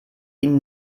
ihnen